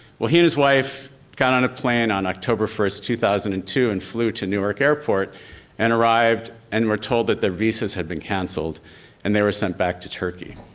well, he and his wife got on the plane on october first two thousand and two and flew to new york airport and arrived and were told that their visas had been canceled and they were sent back to turkey.